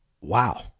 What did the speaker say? Wow